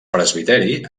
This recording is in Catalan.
presbiteri